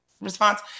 response